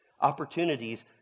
Opportunities